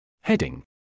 Heading